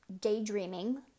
daydreaming